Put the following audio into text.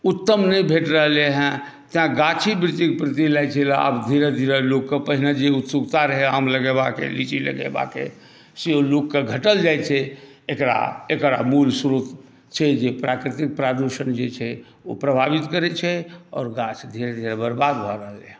उत्तम नहि भेट रहलै हँ तै गाछी वृक्षीकेँ प्रति लागै छै आब धीरे धीरे लोकके पहिने जे उत्सुकता रहै आम लगएबाक अइ लीची लगएबाक अइ से ओ लोकके घटल जाइ छै एकरा एकरा मुल श्रोत छै जे प्राकृतिक प्रदुषण जे छै ओ प्रभावित करै छै आओर गाछ धीरे धीरे बर्बाद भऽ रहलै हँ